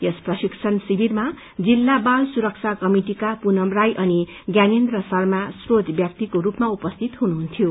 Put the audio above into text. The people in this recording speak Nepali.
यस प्रशिक्षण शिविरमा जिल्ला बाल सुरक्षा कमिटिका पूनम राई अनि ज्ञानेन्द्र शर्मा श्रोत व्यक्तिको रूपमा उपस्थित हुनुहुन्थ्यो